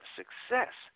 success